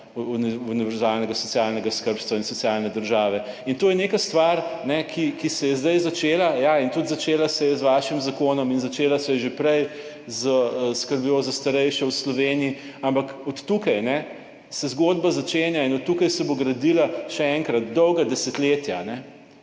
univerzalnega socialnega skrbstva in socialne države. In to je neka stvar, ki se je zdaj začela. Ja, in tudi začela se je z vašim zakonom in začela se je že prej s skrbjo za starejše v Sloveniji, ampak od tukaj se zgodba začenja in od tukaj se bo gradila, še enkrat, dolga desetletja.